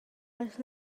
last